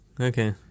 Okay